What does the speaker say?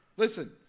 Listen